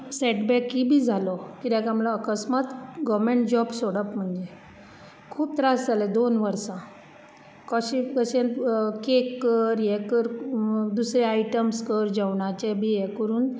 सेटबॅकय बी जालो कित्याक कांय म्हळ्यार अक्समात गर्वमेंट जॉब सोडप म्हणजे खुब त्रास जालें दोन वर्सां कशें बशेंन केक कर ये कर दुसरें आयटम्स कर जेवणाचे बी ये करुन